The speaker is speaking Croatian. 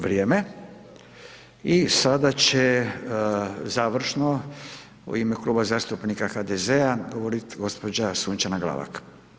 Vrijeme i sada će završno u ime Kluba zastupnika HDZ-a govorit gospođa Sunčana Glavak.